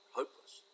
hopeless